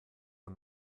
der